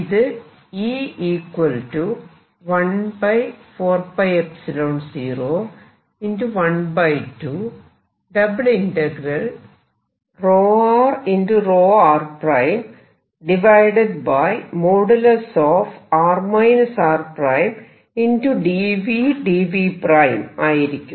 ഇത് ആയിരിക്കും